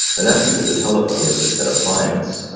and that's because the telephone was just an appliance.